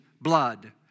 blood